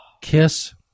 Kiss